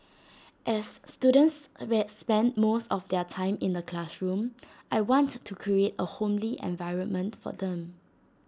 as students spend most of their time in the classroom I want to create A homely environment for them